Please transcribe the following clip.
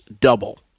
double